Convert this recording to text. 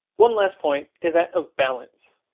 one last point is that of balance.